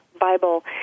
Bible